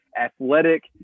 athletic